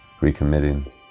recommitting